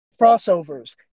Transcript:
Crossovers